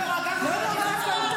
--- הכול טוב.